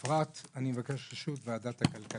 אפרת, אני מבקש רשות להגיע לוועדת הכלכלה.